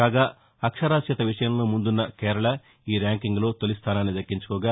కాగా అక్షరాస్యత విషయంలో ముందున్న కేరళ ఈ ర్యాంకింగ్లో తాలి స్టానాన్ని దక్కించుకోగా